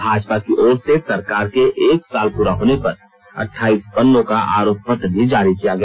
भाजपा की ओर से सरकार के एक साल पूरा होने पर अठाइस पन्नों का आरोप पत्र भी जारी किया गया